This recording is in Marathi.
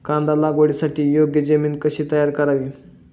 कांदा लागवडीसाठी योग्य जमीन तयार कशी करावी?